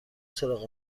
سراغ